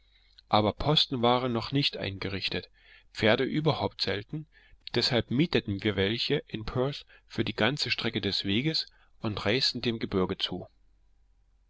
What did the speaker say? aber posten waren noch nicht eingerichtet pferde überhaupt selten deshalb mieteten wir welche in perth für die ganze strecke weges und reisten dem gebirge zu